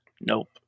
Nope